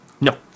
No